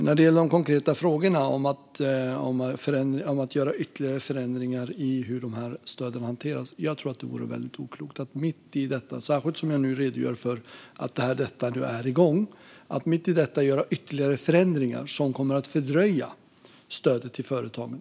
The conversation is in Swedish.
När det gäller de konkreta frågorna om att göra ytterligare förändringar av hur de här stöden hanteras kan jag säga att jag tror att det vore väldigt oklokt att mitt i detta, som nu är igång på det sätt jag redogjort för, göra ytterligare förändringar som skulle fördröja stödet till företagen.